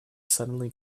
suddenly